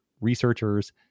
researchers